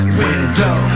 window